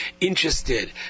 interested